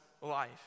life